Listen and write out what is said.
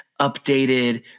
updated